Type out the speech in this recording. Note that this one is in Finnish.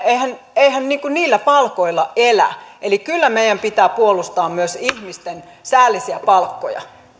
eihän eihän niillä palkoilla elä kyllä meidän pitää puolustaa myös ihmisten säällisiä palkkoja